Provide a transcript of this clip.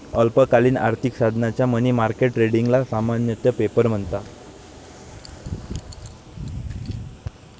अल्पकालीन आर्थिक साधनांच्या मनी मार्केट ट्रेडिंगला सामान्यतः पेपर म्हणतात